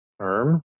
term